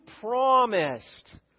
promised